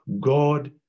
God